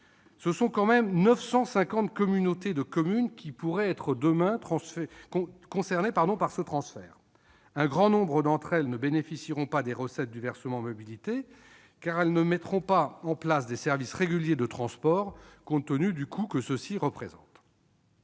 Ce sont tout de même 950 communautés de communes qui pourraient être concernées demain par ce transfert. Un grand nombre d'entre elles ne bénéficieront pas des recettes du versement mobilité, car elles ne mettront pas en place des services réguliers de transport, compte tenu du coût que ceux-ci représentent.